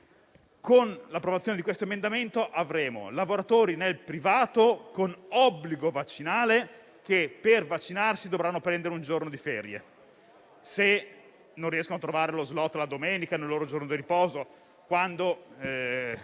Con l'approvazione di questo emendamento avremo lavoratori nel privato con obbligo vaccinale che per vaccinarsi dovranno prendere un giorno di ferie qualora non riuscissero a trovare uno *slot* disponibile di domenica o nel loro giorno di riposo, e